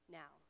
now